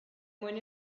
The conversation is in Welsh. mwyn